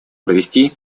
провести